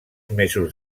mesos